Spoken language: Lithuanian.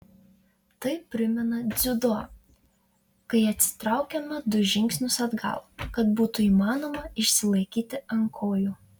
tai primena dziudo kai atsitraukiama du žingsnius atgal kad būtų įmanoma išsilaikyti ant kojų